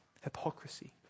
Hypocrisy